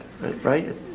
right